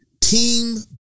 team